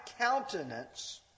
countenance